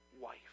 wife